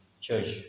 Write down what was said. Church